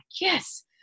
yes